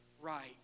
right